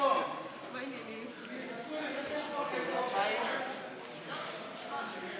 להעביר לוועדה את הצעת חוק-יסוד: המיעוט הערבי כמיעוט לאומי לא נתקבלה.